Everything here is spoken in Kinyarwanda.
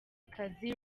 kazi